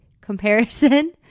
comparison